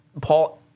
Paul